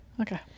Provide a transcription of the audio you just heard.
Okay